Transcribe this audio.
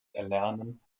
erlernen